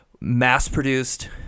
mass-produced